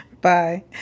Bye